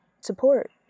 support